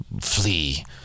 flee